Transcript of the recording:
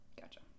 Gotcha